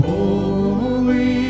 Holy